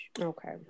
okay